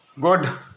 good